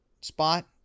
spot